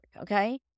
Okay